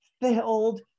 filled